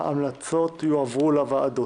אין ההמלצה למינוי יושבי-ראש ועדת